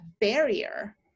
barrier